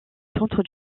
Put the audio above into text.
centre